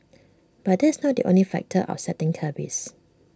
but that is not the only factor upsetting cabbies